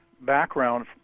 background